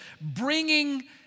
bringing